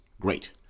Great